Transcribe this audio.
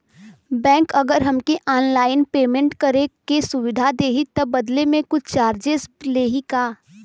Bank अगर हमके online payment करे के सुविधा देही त बदले में कुछ चार्जेस लेही का?